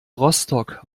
rostock